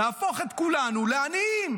נהפוך את כולנו לעניים.